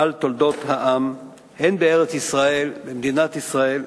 על תולדות העם, הן בארץ-ישראל, במדינת ישראל,